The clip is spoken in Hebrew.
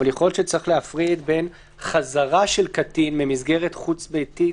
בין חזרה של קטין ממסגרת חוץ-ביתית